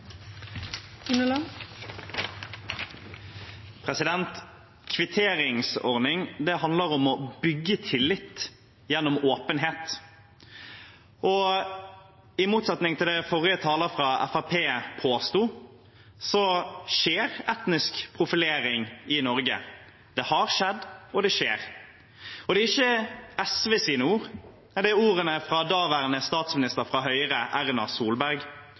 Kvitteringsordning handler om å bygge tillit gjennom åpenhet. I motsetning til det forrige taler fra Fremskrittspartiet påsto, skjer etnisk profilering i Norge. Det har skjedd, og det skjer. Det er ikke SVs ord, men ord fra daværende statsminister fra Høyre, Erna Solberg.